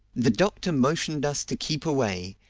the doctor motioned us to keep away,